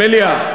מליאה.